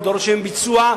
ודורש מהם ביצוע,